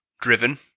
Driven